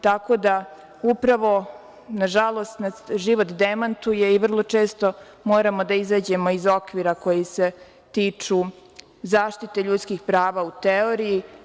Tako da, upravo, nažalost nas život demantuje i vrlo često moramo da izađemo iz okvira koji se tiču zaštite ljudskih prava u teoriji.